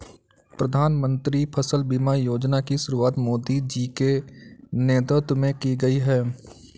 प्रधानमंत्री फसल बीमा योजना की शुरुआत मोदी जी के नेतृत्व में की गई है